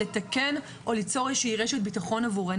לתקן או ליצור רשת ביטחון עבורנו.